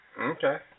Okay